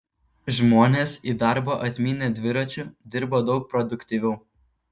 žmonės į darbą atmynę dviračiu dirba daug produktyviau